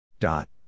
Dot